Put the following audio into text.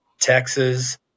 Texas